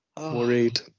Worried